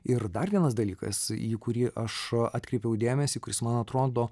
ir dar vienas dalykas į kurį aš atkreipiau dėmesį kuris man atrodo